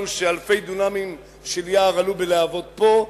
שאלפי דונמים של יער עלו בלהבות פה,